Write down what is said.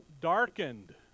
darkened